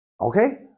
Okay